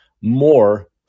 more